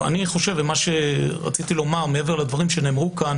מעבר למה שנאמר פה,